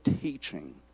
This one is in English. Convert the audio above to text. teaching